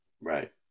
Right